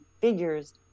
figures